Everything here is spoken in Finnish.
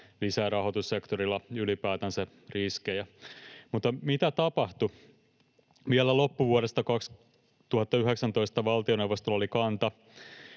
rahoitussektorilla ylipäätänsä riskejä. Mutta mitä tapahtui? Vielä loppuvuodesta 2019 valtioneuvostolla oli kanta,